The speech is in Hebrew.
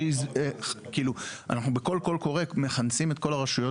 אנחנו בכל קול קורא מכנסים את כל הרשויות